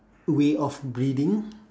way of breathing